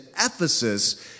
Ephesus